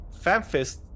FanFest